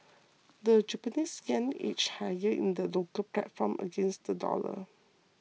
the Japanese yen edged higher in the local platform against the dollar